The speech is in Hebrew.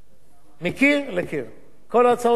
כל ההצעות שלי היו הצעות חברתיות.